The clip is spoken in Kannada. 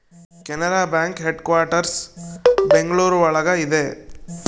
ಕೆನರಾ ಬ್ಯಾಂಕ್ ಹೆಡ್ಕ್ವಾಟರ್ಸ್ ಬೆಂಗಳೂರು ಒಳಗ ಇದೆ